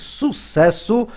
sucesso